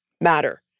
matter